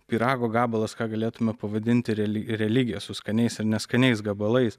pyrago gabalas ką galėtume pavadinti reli religija su skaniais ir neskaniais gabalais